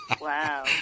Wow